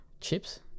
chips